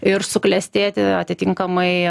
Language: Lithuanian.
ir suklestėti atitinkamai